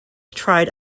tried